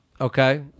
Okay